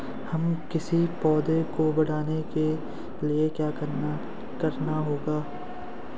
हमें किसी पौधे को बढ़ाने के लिये क्या करना होगा?